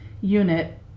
unit